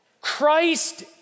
Christ